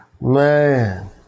Man